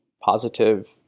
positive